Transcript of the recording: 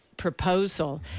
proposal